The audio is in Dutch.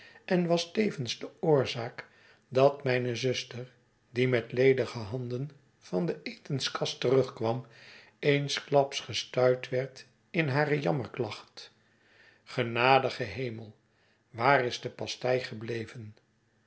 en was tevens de oorzaak dat mijne zuster die met ledige handen van de etenskast terugkwam eensklaps gestuit werd in hare jammerklacht genadige hemell waar is de pastei gebleven